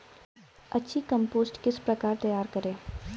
अच्छी कम्पोस्ट किस प्रकार तैयार करें?